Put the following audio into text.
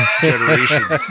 generations